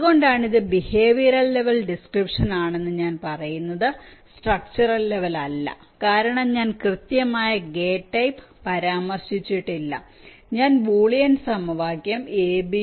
അതുകൊണ്ടാണ് ഇത് behavioral level description ആണെന്ന് ഞാൻ പറയുന്നത് സ്ട്രക്ച്ചറൽ ലെവൽ അല്ല കാരണം ഞാൻ കൃത്യമായ ഗേറ്റ് ടൈപ്സ് പരാമർശിച്ചിട്ടില്ല ഞാൻ ബൂലിയൻ സമവാക്യം a